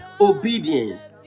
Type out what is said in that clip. obedience